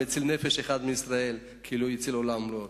המציל נפש אחת מישראל כאילו הציל עולם ומלואו.